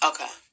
Okay